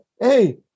hey